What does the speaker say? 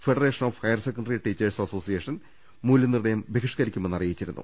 federation of higher secondary teachers association മൂല്യനിർണയം ബഹിഷ്കരി ക്കുമെന്ന് അറിയിച്ചിരുന്നു